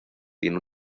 tiene